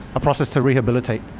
a process to rehabilitate.